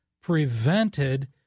prevented